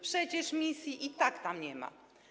Przecież misji i tak tam nie ma.